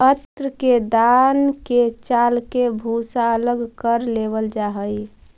अन्न के दान के चालके भूसा अलग कर लेवल जा हइ